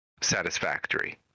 satisfactory